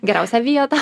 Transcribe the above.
geriausią vietą